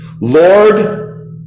Lord